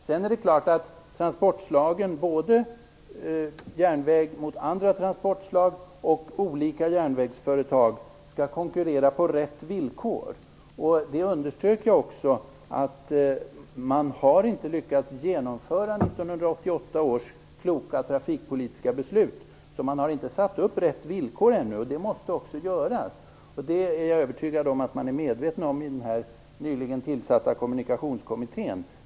Det är klart att transportslagen - både järnväg gentemot andra transportslag och olika järnvägsföretag - skall konkurrera på rätt villkor. Det underströk jag också. Man har inte lyckats genomföra 1988 års kloka trafikpolitiska beslut. Man har inte satt upp rätt villkor ännu, och det måste också göras. Jag är övertygad om att man är medveten om det i den nyligen tillsatta kommunikationskommittén.